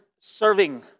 serving